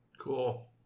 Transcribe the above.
Cool